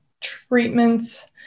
treatments